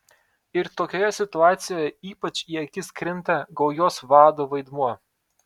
ir tokioje situacijoje ypač į akis krinta gaujos vado vaidmuo